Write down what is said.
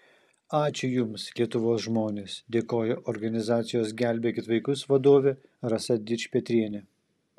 ačiū jums lietuvos žmonės dėkojo organizacijos gelbėkit vaikus vadovė rasa dičpetrienė